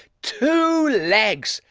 two legs!